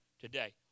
today